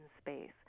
space